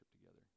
together